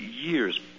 years